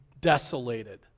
desolated